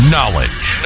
Knowledge